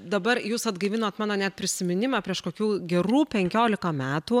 dabar jūs atgaivinot mano net prisiminimą prieš kokių gerų penkiolika metų